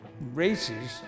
races